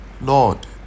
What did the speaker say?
Lord